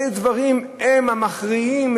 איזה דברים הם המכריעים,